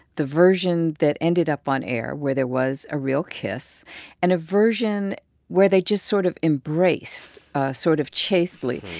the version that ended up on air where there was a real kiss and a version where they just sort of embraced sort of chastely.